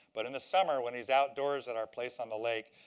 but in the summer, when he's outdoors at our place on the lake,